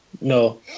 no